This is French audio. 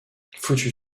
foutu